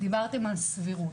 דיברתם על סבירות.